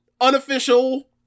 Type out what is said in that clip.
unofficial